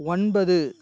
ஒன்பது